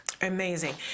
Amazing